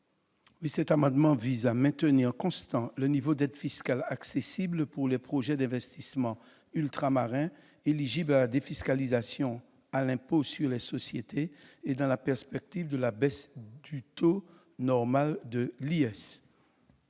Cet amendement vise à maintenir constant le niveau d'aide fiscale accessible pour les projets d'investissement ultramarins éligibles à la défiscalisation à l'impôt sur les sociétés, dans le contexte de baisse du taux normal de cet